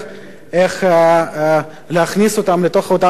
איך להכניס אותם לתוך אותה המערכת,